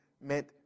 meant